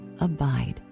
abide